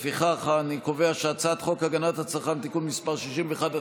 לפיכך אני קובע שהצעת חוק הגנת הצרכן (תיקון מס' 61),